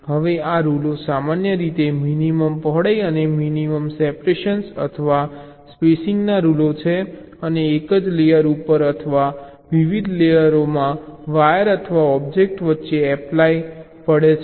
હવે આ રૂલો સામાન્ય રીતે મિનિમમ પહોળાઈ અને મિનિમમ સેપરેશન અથવા સ્પેસિંગના રૂલો છે અને તે એક જ લેયર ઉપર અથવા વિવિધ લેયરોમાં વાયર અથવા ઑબ્જેક્ટ વચ્ચે એપ્લાય પડે છે